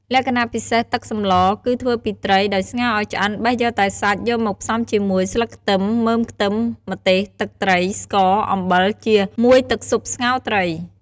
លក្ខណៈពិសេសទឹកសម្ល គឺធ្វើពីត្រី ដោយស្ងោរឱ្យឆ្អិនបេះយកតែសាច់ យកមកផ្សំជាមួយ ស្លឹកខ្ទឹម មើមខ្ទឹម ម្ទេសទឹកត្រី ស្ករ អំបិល ជាមួយទឹកស៊ុបស្ងោរត្រី ។